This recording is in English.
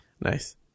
nice